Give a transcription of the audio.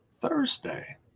Thursday